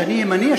שאני ימני,